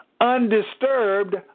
undisturbed